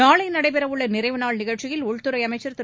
நாளை நடைபெறவுள்ள நிறைவு நாள் நிகழ்ச்சியில் உள்துறை அமைச்சர் திரு